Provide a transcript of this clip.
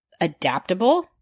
adaptable